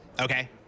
Okay